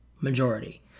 majority